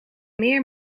meer